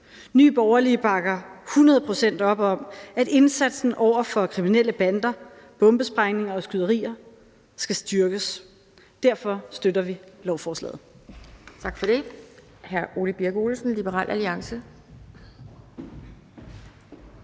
Nye Borgerlige bakker hundrede procent op om, at indsatsen over for kriminelle bander, bombesprængninger og skyderier skal styrkes. Derfor støtter vi lovforslaget.